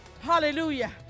Hallelujah